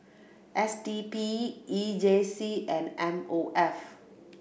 S D P E J C and M O F